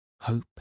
hope